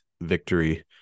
victory